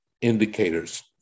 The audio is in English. indicators